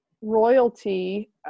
royalty